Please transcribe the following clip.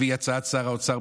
לפי הצעת שר האוצר,